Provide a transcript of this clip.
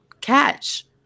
catch